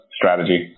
strategy